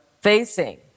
facing